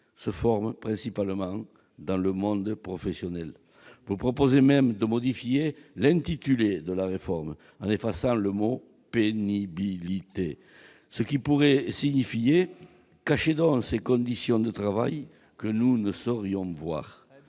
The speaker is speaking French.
se constituent principalement dans le monde professionnel. Vous proposez même de modifier l'intitulé de la réforme en effaçant le mot « pénibilité », ce qui pourrait signifier :« Cachez donc ces conditions de travail que nous ne saurions voir !